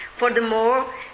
Furthermore